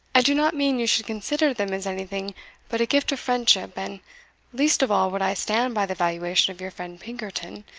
i do not mean you should consider them as anything but a gift of friendship and least of all would i stand by the valuation of your friend pinkerton,